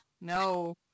No